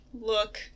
look